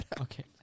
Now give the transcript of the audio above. Okay